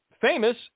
famous